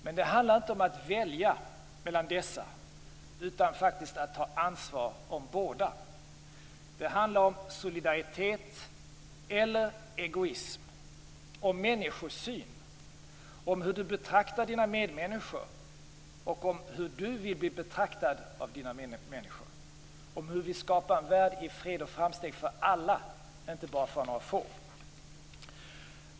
Men det handlar inte om att välja mellan dessa utan om att ta ansvar för båda. Det handlar om solidaritet eller egoism. Det handlar om människosyn, om hur du betraktar dina medmänniskor och om hur du vill bli betraktad av dina medmänniskor. Det handlar om hur vi skapar en värld i fred och framsteg för alla, inte bara för några få.